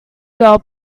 girl